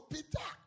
Peter